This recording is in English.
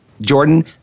Jordan